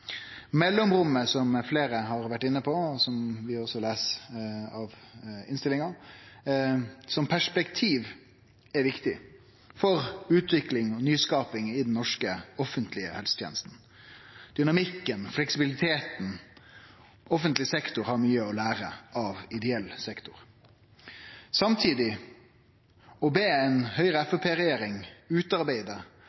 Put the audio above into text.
Mellomrommet – som fleire har vore inne på, og som vi også les av innstillinga – som perspektiv er viktig for utvikling og nyskaping i den norske offentlege helsetenesta. Dynamikken og fleksibiliteten – offentleg sektor har mykje å lære av ideell sektor. Men å be ei Høgre–Framstegsparti-regjering utarbeide og leggje premissane for ein